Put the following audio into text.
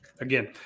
again